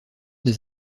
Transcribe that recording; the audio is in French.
des